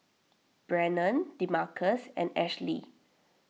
Brannon Demarcus and Ashli